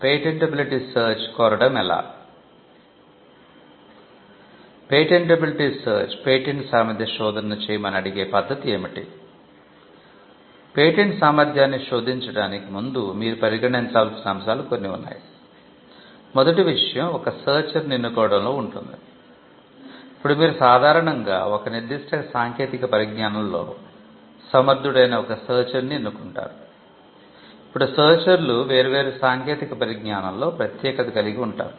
patentability search వేర్వేరు సాంకేతిక పరిజ్ఞానంలో ప్రత్యేకత కలిగి ఉంటారు